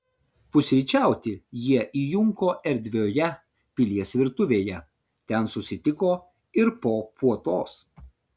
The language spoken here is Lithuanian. pusryčiauti jie įjunko erdvioje pilies virtuvėje ten susitiko ir po puotos